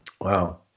Wow